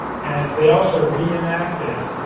and they also re-enacted